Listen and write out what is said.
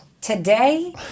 today